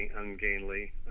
ungainly